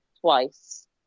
twice